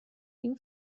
این